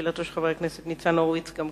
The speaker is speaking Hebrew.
חבר הכנסת זבולון אורלב שאל את שר הביטחון